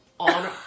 On